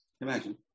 Imagine